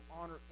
honor